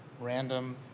random